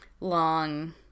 long